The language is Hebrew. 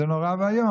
זה נורא ואיום.